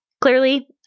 clearly